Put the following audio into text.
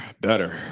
better